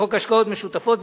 לחוק השקעות משותפות,